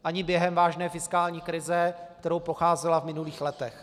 Ani během vážné fiskální krize, kterou procházela v minulých letech.